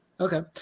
Okay